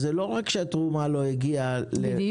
אז זה לא רק שהתרומה לא הגיעה לסורוקה,